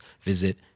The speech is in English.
visit